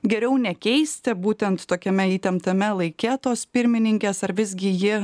geriau nekeisti būtent tokiame įtemptame laike tos pirmininkės ar visgi ji